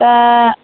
त